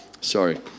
Sorry